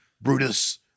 Brutus